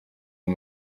uyu